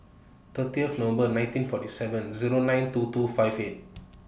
thirtieth November nineteen forty seven Zero nine two two five eight